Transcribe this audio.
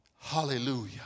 hallelujah